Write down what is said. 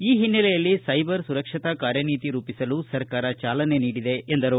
ಈ ಹಿನ್ನೆಲೆಯಲ್ಲಿ ಸೈಬರ್ ಸುರಕ್ಷತಾ ಕಾರ್ಯನೀತಿ ರೂಪಿಸಲು ಸರ್ಕಾರ ಜಾಲನೆ ನೀಡಿದೆ ಎಂದರು